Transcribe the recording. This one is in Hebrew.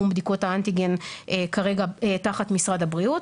בדיקות האנטיגן כרגע תחת משרד הבריאות,